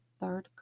third